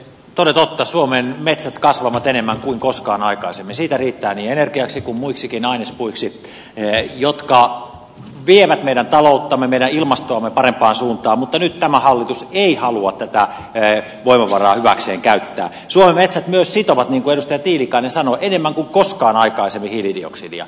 pari tuhatta suomen metsät kasvavat enemmän kuin koskaan aikaisemmin siitä riittää niin herkästi kummuiksikin ainespuiksi ne jotka vielä meidän talouttamme meidän ilmastoamme parempaan suuntaan mutta nyt tämä hallitus ei halua tätä ei voi luvata hyväkseen käyttää suomea sitova korostetiilikainen sanoi hieman koskaan aikaisemmin hiilidioksidia